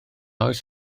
oes